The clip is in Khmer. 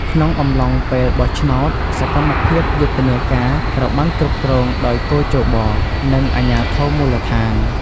ក្នុងអំឡុងពេលបោះឆ្នោត សកម្មភាពយុទ្ធនាការត្រូវបានគ្រប់គ្រងដោយគ.ជ.ប និងអាជ្ញាធរមូលដ្ឋាន។